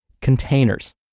containers